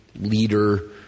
leader